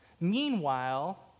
Meanwhile